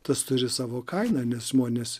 tas turi savo kainą nes žmonės